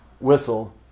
whistle